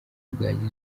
bwagize